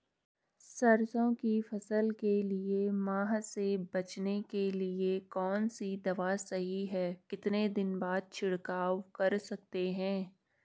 सरसों की फसल के लिए माह से बचने के लिए कौन सी दवा सही है कितने दिन बाद छिड़काव कर सकते हैं?